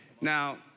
Now